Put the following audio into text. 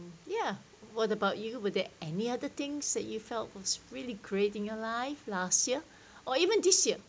ya what about you were there any other things that you felt was really great in your life last year or even this year